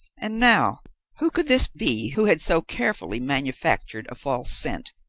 and now who could this be who had so carefully manufactured a false scent,